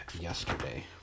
yesterday